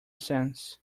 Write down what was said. sense